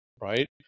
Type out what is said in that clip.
right